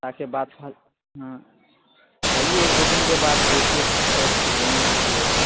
تاکہ بات ہاں آئیے ایک دو دن کے بعد دیکھیے کس طرح کی زمین ہوتی ہے